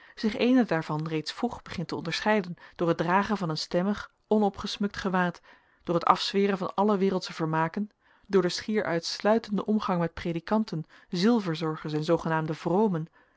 zich eene daarvan reeds vroeg begint te onderscheiden door het dragen van een stemmig onopgesmukt gewaad door het afzweren van alle wereldsche vermaken door den schier uitsluitenden omgang met predikanten zielverzorgers en zoogenaamde vromen